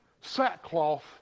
sackcloth